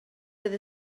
fydd